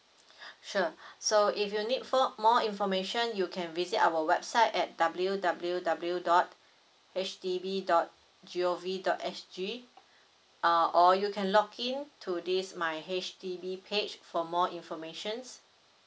sure so if you need for more information you can visit our website at W W W dot H D B dot G O V dot S G uh or you can log in to this my H_D_B page for more informations